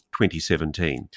2017